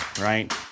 right